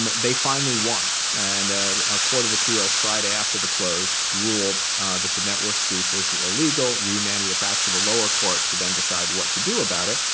um they finally won. and a court of appeals friday after the close ruled that the net worth sweep was illegal, remanded it back to the lower court to then decide what to do about it.